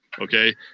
Okay